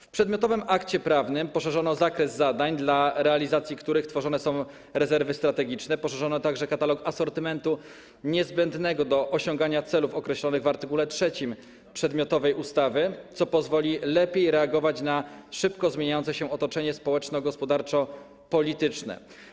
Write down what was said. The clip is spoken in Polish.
W przedmiotowym akcie prawnym poszerzono zakres zadań, dla realizacji których tworzone są rezerwy strategiczne, poszerzono także katalog asortymentu niezbędnego do osiągania celów określonych w art. 3 przedmiotowej ustawy, co pozwoli lepiej reagować na szybko zmieniające się otoczenie społeczno-gospodarczo-polityczne.